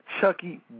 Chucky